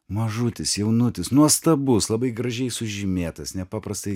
mažutis jaunutis nuostabus labai gražiai sužymėtas nepaprastai